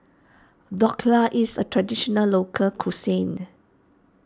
Dhokla is a Traditional Local Cuisine